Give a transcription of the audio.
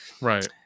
Right